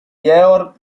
georg